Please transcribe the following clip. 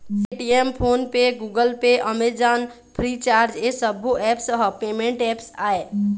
Paytm, PhonePe, Google Pay, Amazon, Freecharge ए सब्बो apps ह पेमेंट ऐप्स आय